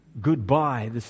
Goodbye